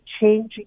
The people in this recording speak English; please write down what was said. changing